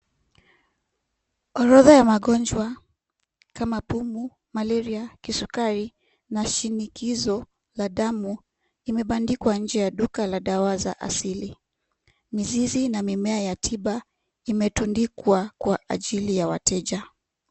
Orodha ya magonjwa kama pumu, malaria, kisukari, na shinikizo la damu, imebandikwa nje ya duka la dawa za asili. Mizizi na mimea ya tiba, imetundikwa kwa ajili ya wateja.